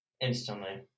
Instantly